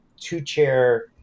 two-chair